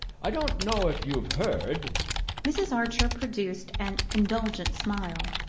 i don't know if you've heard mrs. archer produced an indulgent smile.